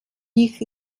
nicht